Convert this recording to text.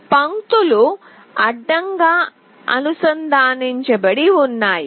ఈ పంక్తులు అడ్డంగా అనుసంధానించబడి ఉన్నాయి